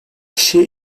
kişiye